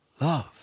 love